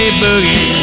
boogie